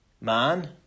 man